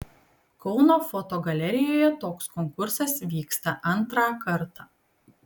kauno fotogalerijoje toks konkursas vyksta antrą kartą